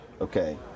okay